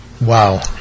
Wow